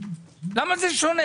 למה זה שונה?